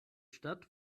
stadt